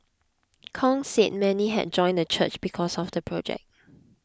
Kong said many had joined the church because of the project